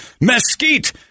mesquite